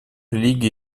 религий